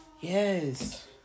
yes